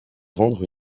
vendre